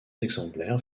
exemplaires